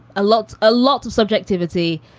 a lot a lot of subjectivity.